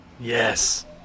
Yes